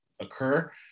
occur